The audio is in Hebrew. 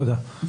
תודה.